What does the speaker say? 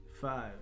five